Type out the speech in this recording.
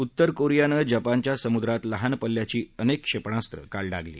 उत्तर कोरियानं जपानच्या समुद्रात लहान पल्ल्याची अनेक क्षेपणास्त्र काल डागली